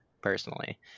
personally